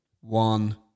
one